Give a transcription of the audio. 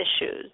issues